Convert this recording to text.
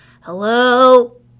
Hello